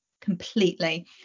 Completely